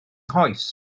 nghoes